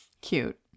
Cute